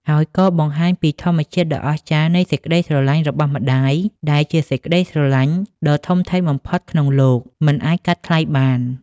ហើយក៏បង្ហាញពីធម្មជាតិដ៏អស្ចារ្យនៃសេចក្ដីស្រឡាញ់របស់ម្ដាយ ដែលជាសេចក្ដីស្រឡាញ់ដ៏ធំធេងបំផុតក្នុងលោក មិនអាចកាត់ថ្លៃបាន។